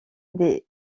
dès